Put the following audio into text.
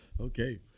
Okay